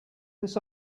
this